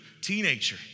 teenager